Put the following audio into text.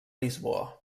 lisboa